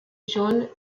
john